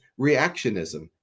reactionism